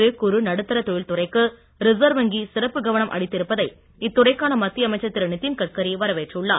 சிறு குறு நடுத்தா தொழில் துறைக்கு ரிசர்வ் வங்கி சிறப்பு கவனம் அளித்திருப்பதை இத்துறைக்கான மத்திய அமைச்சர் திரு நிதின்கட்கரி வரவேற்றுள்ளார்